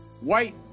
white